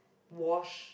wash